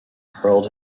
hurled